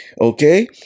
Okay